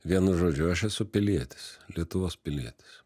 vienu žodžiu aš esu pilietis lietuvos pilietis